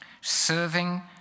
Serving